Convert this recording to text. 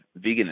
veganism